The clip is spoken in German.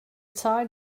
zahl